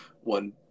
one